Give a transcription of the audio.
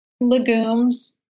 Legumes